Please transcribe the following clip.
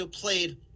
played